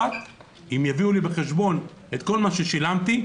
יביאו לי בחשבון את כל מה ששילמתי,